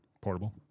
Portable